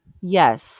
yes